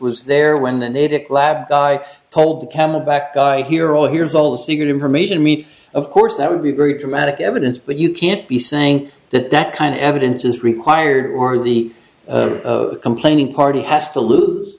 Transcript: was there when the knitted lab guy told the camelback guy hero here's all the secret information meet of course that would be very dramatic evidence but you can't be saying that that kind of evidence is required or the complaining party has to lose